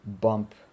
bump